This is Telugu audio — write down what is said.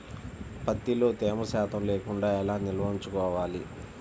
ప్రత్తిలో తేమ శాతం లేకుండా ఎలా నిల్వ ఉంచుకోవాలి?